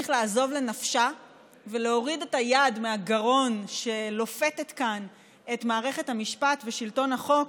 לנפשה ולהוריד מהגרון את היד שלופתת כאן את מערכת המשפט ושלטון החוק,